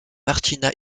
martina